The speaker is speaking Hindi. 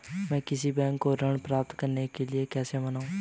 मैं किसी बैंक को ऋण प्राप्त करने के लिए कैसे मनाऊं?